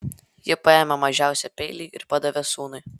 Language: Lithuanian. ji paėmė mažiausią peilį ir padavė sūnui